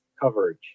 coverage